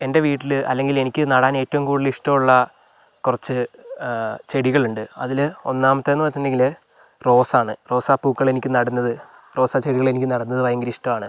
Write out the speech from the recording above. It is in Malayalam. എൻ്റെ വീട്ടില് അല്ലെങ്കിൽ എനിക്ക് നടാൻ ഏറ്റവും കൂടുതൽ ഇഷ്ടമുള്ള കുറച്ച് ചെടികളുണ്ട് അതില് ഒന്നാമത്തേതെന്ന് വെച്ചിട്ടുണ്ടെങ്കില് റോസാണ് റോസാപ്പൂക്കൾ എനിക്ക് നടുന്നത് റോസാച്ചെടികൾ എനിക്ക് നടുന്നത് ഭയങ്കര ഇഷ്ടമാണ്